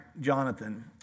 Jonathan